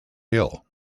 hill